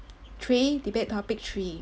three debate topic three